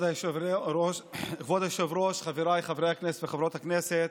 כבוד היושב-ראש, חבריי חברי וחברות הכנסת,